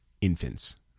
infants